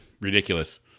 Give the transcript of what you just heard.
ridiculous